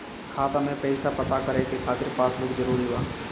खाता में पईसा पता करे के खातिर पासबुक जरूरी बा?